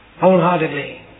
wholeheartedly